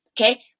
Okay